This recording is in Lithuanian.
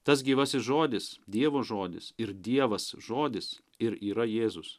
tas gyvasis žodis dievo žodis ir dievas žodis ir yra jėzus